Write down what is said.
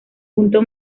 punto